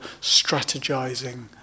strategizing